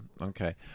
Okay